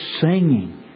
singing